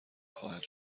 خواهد